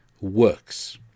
works